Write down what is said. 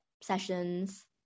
sessions